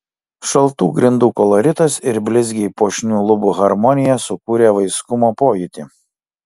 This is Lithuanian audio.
šaltų grindų koloritas ir blizgiai puošnių lubų harmonija sukūrė vaiskumo pojūtį